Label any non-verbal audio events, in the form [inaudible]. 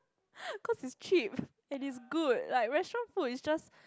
[breath] cause it's cheap and it's good like restaurants food is just